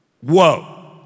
Whoa